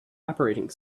operating